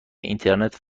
اینترنت